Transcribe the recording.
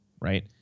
right